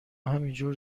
همینجور